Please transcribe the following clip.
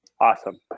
Awesome